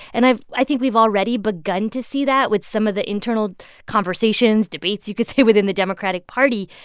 and i i think we've already begun to see that with some of the internal conversations debates you could say within the democratic party.